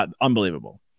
unbelievable